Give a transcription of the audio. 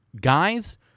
guys